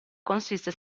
consiste